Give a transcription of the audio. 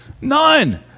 None